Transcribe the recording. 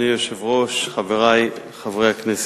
אדוני היושב-ראש, חברי חברי הכנסת,